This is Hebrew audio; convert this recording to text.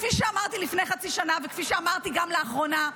כפי שאמרתי לפני חצי שנה וכפי שאמרתי גם לאחרונה,